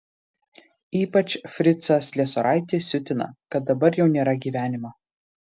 ypač fricą sliesoraitį siutina kad dabar jau nėra gyvenimo